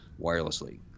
wirelessly